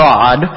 God